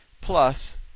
Plus